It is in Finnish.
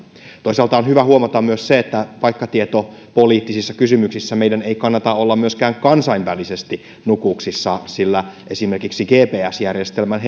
toisaalta on hyvä huomata myös se että paikkatietopoliittisissa kysymyksissä meidän ei kannata olla myöskään kansainvälisesti nukuksissa sillä esimerkiksi gps järjestelmän